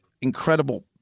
incredible